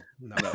no